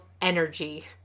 energy